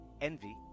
Envy